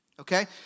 Okay